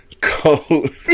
cold